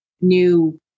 new